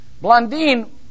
Blondine